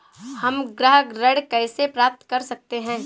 हम गृह ऋण कैसे प्राप्त कर सकते हैं?